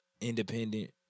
independent